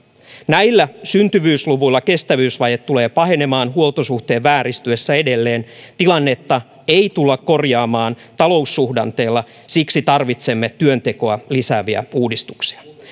näillä syntyvyysluvuilla kestävyysvaje tulee pahenemaan huoltosuhteen vääristyessä edelleen tilannetta ei tulla korjaamaan taloussuhdanteella siksi tarvitsemme työntekoa lisääviä uudistuksia